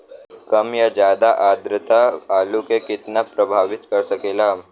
कम या ज्यादा आद्रता आलू के कितना प्रभावित कर सकेला?